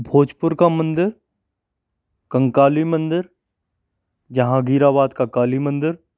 भोजपुर का मंदिर कंकाली मंदिर जहाँगीराबाद का काली मंदिर